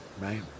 right